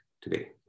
today